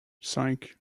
cinq